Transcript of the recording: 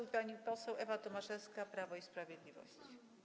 I pani poseł Ewa Tomaszewska, Prawo i Sprawiedliwość.